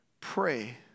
pray